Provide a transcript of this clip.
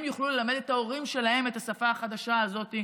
הם יוכלו ללמד את ההורים שלהם את השפה החדשה הזאת,